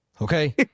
Okay